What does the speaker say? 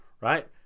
right